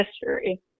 history